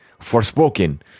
Forspoken